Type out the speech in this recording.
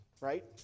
right